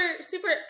super